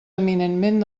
eminentment